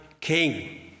king